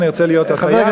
אני ארצה להיות הטייס,